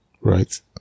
Right